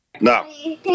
No